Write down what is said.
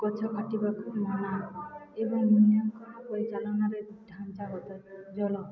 ଗଛ କାଟିବାକୁ ମନା ଏବଂ ମୁଲ୍ୟାଙ୍କନ ପରିଚାଳନାରେ ଢାଞ୍ଚା ହତ ଜଲ